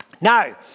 Now